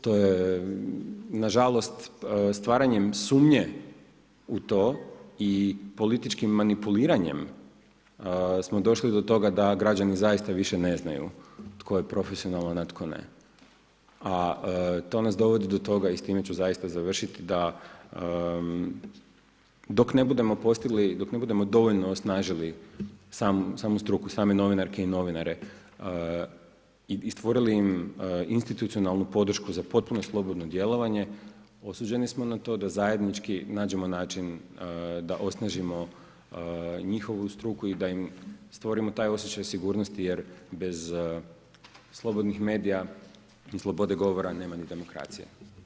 To je nažalost stvaranjem sumnje u to i političkim manipuliranjem smo došli do toga da građani zaista više ne znaju tko je profesionalan, a tko ne, a to nas dovodi do toga i s time ću zaista završiti, da dok ne budemo postigli, dok ne budemo dovoljno osnažili samu struke, same novinarke i novinare i stvorili im institucionalnu podršku za potpuno slobodno djelovanje, osuđeni smo na to da zajednički nađemo način da osnažimo njihovu struk i da im stvorimo taj osjećaj sigurnosti jer bez slobodnih medija i slobode govora nema ni demokracije.